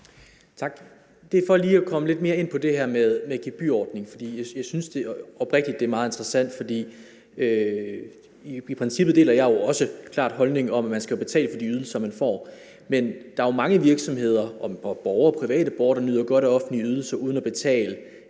Tak. Jeg vil lige komme lidt mere ind på det her med gebyrordningen, for jeg synes oprigtigt, det er meget interessant. I princippet deler jeg jo helt klart også holdningen om, at man skal betale for de ydelser, man får, men der er jo mange virksomheder og private borgere, der nyder godt af ydelser fra det